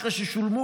אחרי ששולמו